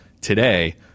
today